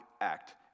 act